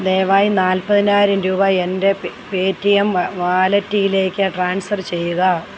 ദയവായി നാൽപ്പതിനായിരം രൂപ എൻ്റെ പേ പേടിഎം വാ വാലറ്റിലേക്ക് ട്രാൻസ്ഫർ ചെയ്യുക